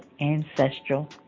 ancestral